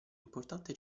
importante